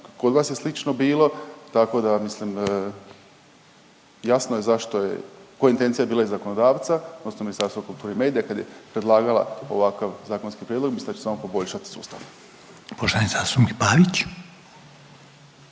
kod vas je slično bilo, tako da mislim, jasno je zašto je, koja intencija je bila i zakonodavca, odnosno Ministarstva kulture i medija kad je predlagala ovakav zakonski prijedlog, mislim da će samo poboljšati sustav. **Reiner,